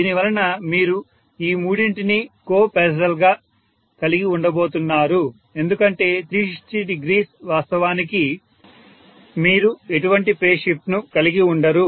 దీనివలన మీరు ఈ మూడింటిని కో ఫాసల్ గా కలిగి ఉండబోతున్నారు ఎందుకంటే 3600 వాస్తవానికి మీరు ఎటువంటి ఫేజ్ షిఫ్ట్ ను కలిగి ఉండరు